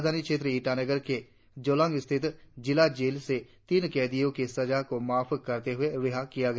राजधानी क्षेत्र ईटानगर के जोलांग स्थित जिला जेल से तीन कैदियों के सजा को माफ करते हुए रिहा किया गया